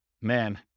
man